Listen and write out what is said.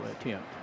attempt